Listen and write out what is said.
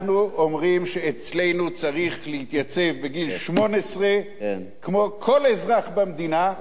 אנחנו אומרים שאצלנו צריך להתייצב בגיל 18 כמו כל אזרח במדינה,